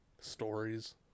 Stories